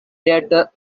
theater